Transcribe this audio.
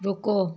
रुको